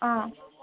অ'